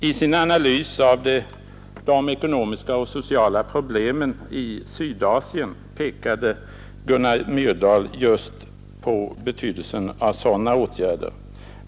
I sin analys av de ekonomiska och sociala problemen i Sydasien pekar Gunnar Myrdal just på betydelsen av sådana åtgärder.